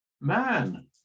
Man